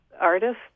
artist